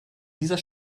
dieser